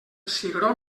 cigró